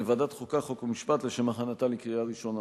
לוועדת החוקה, חוק ומשפט לשם הכנתה לקריאה ראשונה.